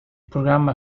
programma